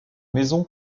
maison